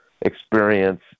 experience